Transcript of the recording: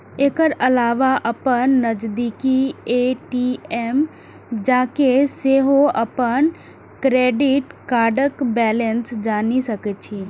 एकर अलावा अपन नजदीकी ए.टी.एम जाके सेहो अपन क्रेडिट कार्डक बैलेंस जानि सकै छी